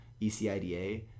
ECIDA